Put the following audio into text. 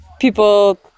people